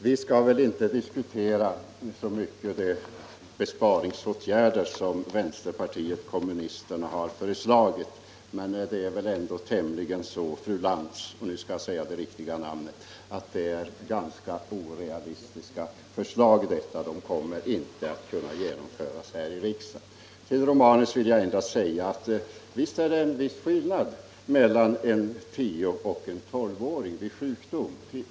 Vi skall väl inte så mycket diskutera de besparingsåtgärder som vänsterpartiet kommunisterna föreslagit, för det är väl ändå så, fru Lantz - nu skall jag säga det rätta namnet — att det är ganska orealistiska förslag som inte kommer att kunna genomföras här i riksdagen. Till herr Romanus vill jag endast säga att visst är det en viss skillnad mellan en tioåring och en tolvåring vid sjukdom.